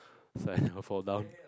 so I never fall down